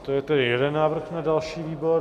To je tedy jeden návrh na další výbor.